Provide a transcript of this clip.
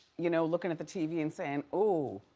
you know, looking at the tv and saying, ooh.